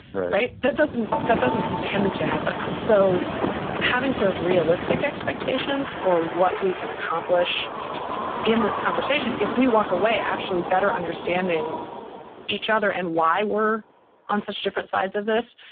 right. that doesn't that doesn't tend to happen. so having sort of realistic expectations for what we can accomplish in this conversation, if we walk away actually better understanding each other and why we're on such different sides of this,